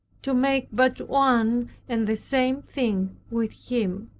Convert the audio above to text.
to make but one and the same thing with him